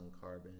carbon